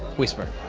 whisper.